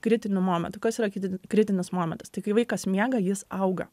kritiniu momentu kas yra kiti kritinis momentas tai kai vaikas miega jis auga